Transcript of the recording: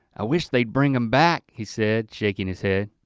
i wish they'd bring them back, he said, shaking his head.